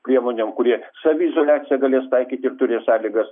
priemonėm kurie saviizoliaciją galės taikyti ir turi sąlygas